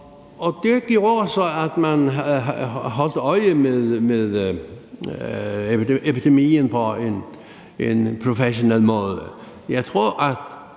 og det gjorde så, at man holdt øje med epidemien på en professionel måde. Og så har